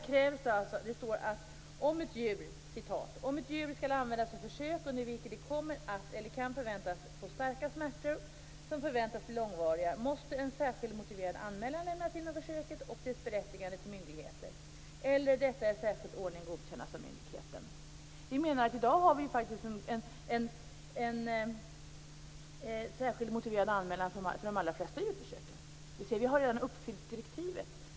Det står: Om ett djur skall användas i försök under vilket det kommer att eller kan förväntas få starka smärtor som förväntas bli långvariga måste en särskild motiverad anmälan lämnas in om försöket och dess berättigande till myndigheten eller detta i särskild ordning godkännas av myndigheten. Vi menar att vi i dag har en särskild motiverad anmälan för de allra flesta djurförsök. Vi har redan uppfyllt direktivet.